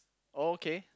okay